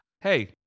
Hey